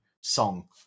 song